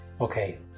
Okay